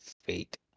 fate